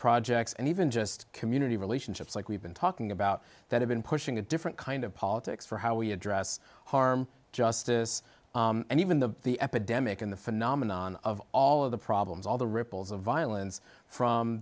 projects and even just community relationships like we've been talking about that have been pushing a different kind of politics for how we address harm justice and even the the epidemic in the phenomenon of all of the problems all the ripples of violence from